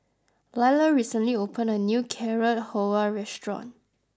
Lilah recently opened a new Carrot Halwa restaurant